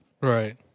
Right